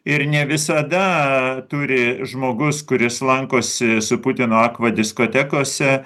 ir ne visada turi žmogus kuris lankosi su putinu akva diskotekose